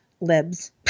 libs